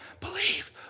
believe